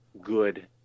good